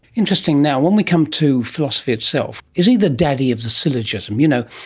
interesting. now, when we come to philosophy itself, is he the daddy of the syllogism? you know,